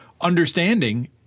understanding